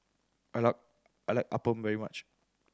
I like I like appam very much